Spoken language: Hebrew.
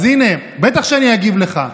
אז הינה, בטח שאני אגיב לך.